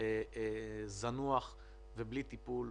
מוזנח ובלי טיפול.